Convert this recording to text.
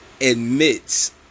admits